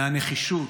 מהנחישות,